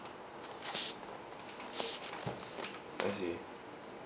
I see